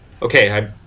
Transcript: okay